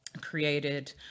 created